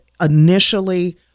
initially